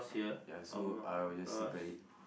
ya so I'll just circle it